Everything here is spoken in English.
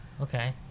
Okay